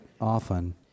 often